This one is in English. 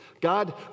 god